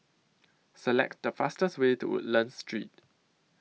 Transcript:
Select The fastest Way to Woodlands Street